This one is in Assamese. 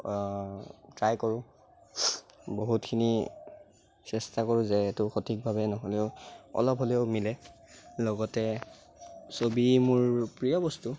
ট্ৰাই কৰোঁ বহুতখিনি চেষ্টা কৰোঁ যে এইটো সঠিকভাৱে ন'হলেও অলপ হ'লেও মিলে লগতে ছবি মোৰ প্ৰিয় বস্তু